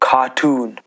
Cartoon